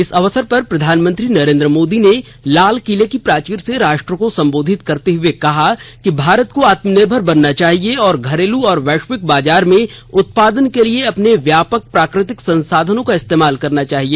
इस अवसर पर प्रधानमंत्री नरेन्द्र मोदी ने लाल किले की प्राचीर से राष्ट्र को संबोधित करते हुए कहा कि भारत को आत्मनिर्भर बनना चाहिए और घरेलू तथा वैश्विक बाजार में उत्पादन के लिए अपने व्यापक प्राकृतिक संसाधनों का इस्तेमाल करना चाहिए